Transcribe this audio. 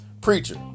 preacher